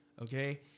Okay